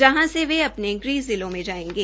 जहां से वे अपने ग़ह जिलों में जायेंगे